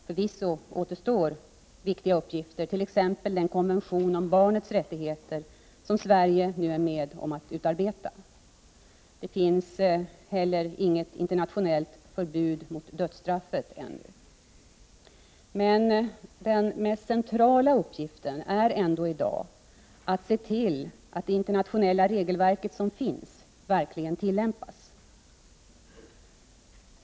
Förvisso återstår viktiga uppgifter — t.ex. den konvention om barnets rättigheter som Sverige nu är med om att utarbeta. Det finns heller inget internationellt förbud mot dödsstraff. Men den mest centrala uppgiften är ändå i dag att se till att det internationella regelverk som finns verkligen tillämpas.